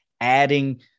adding